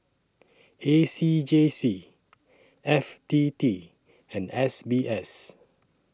A C J C F T T and S B S